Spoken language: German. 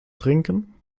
trinken